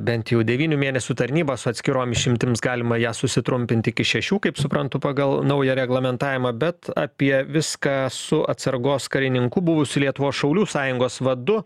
bent jau devynių mėnesių tarnybą su atskirom išimtims galima ją susitrumpint iki šešių kaip suprantu pagal naują reglamentavimą bet apie viską su atsargos karininku buvusiu lietuvos šaulių sąjungos vadu